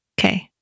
Okay